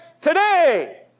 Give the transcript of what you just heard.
today